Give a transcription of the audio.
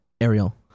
Ariel